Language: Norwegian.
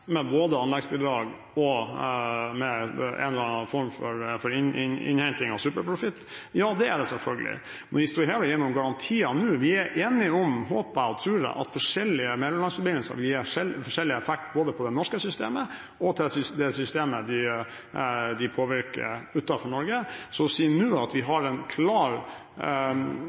med både anleggsbidrag og en eller annen form for innhenting av superprofitt? Ja, det er det selvfølgelig, men å stå her og gi noen garantier nå – vi er enige om, håper og tror jeg, at forskjellige mellomlandsforbindelser vil gi forskjellig effekt på både det norske systemet og det systemet de påvirker utenfor Norge. Så nå å si at vi har en klar